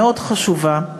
מאוד חשובה,